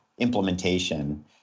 implementation